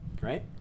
right